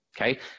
okay